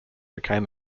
became